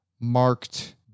marked